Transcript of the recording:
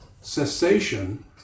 Cessation